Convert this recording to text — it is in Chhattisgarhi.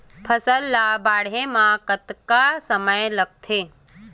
फसल ला बाढ़े मा कतना समय लगथे?